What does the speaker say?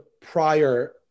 prior